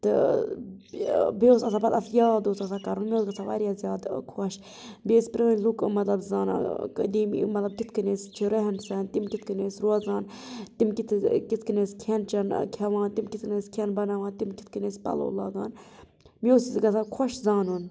تہٕ بیٚیہِ اوس آسان پَتہٕ اتھ یاد اوس آسان کرُن مےٚ اوس گژھان واریاہ زیادٕ خۄش بیٚیہِ ٲسۍ پرٲنۍ لُکھ مطلب زانان تِم مطلب کِتھ کٔنۍ ٲسۍ چھِ ریہن سیٚہن تِم کِتھ کٔنۍ ٲسۍ روزان تِم کِتھ کٔنۍ ٲس کھیٚن چیٚن کھیٚوان تِم کِتھ کٔنۍ ٲسۍ کھیٚن بَناوان تِم کِتھ کٔنۍ ٲسۍ پَلوٗ لاگان مےٚ اوس یہِ گژھان خۄش زانُن